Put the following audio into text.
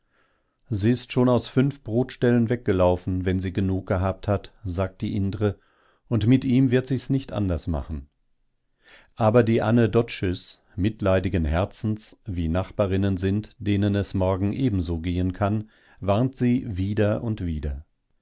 sie ist schon aus fünf brotstellen weggelaufen wenn sie genug gehabt hat sagt die indre und mit ihm wird sie's nicht anders machen aber die ane doczys mitleidigen herzens wie nachbarinnen sind denen es morgen ebenso gehen kann warnt sie wieder und wieder